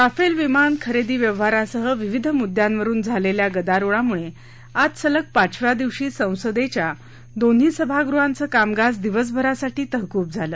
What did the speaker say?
Rafale विमान खरेदी व्यवहारासह विविध मुद्यावरुन झालेल्या गदारोळामुळे आज सलग पाचव्या दिवशी संसदेच्या दोन्ही सभागृहांच कामकाज दिवसभरासाठी तहकुब झालं